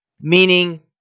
meaning